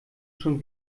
schon